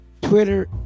Twitter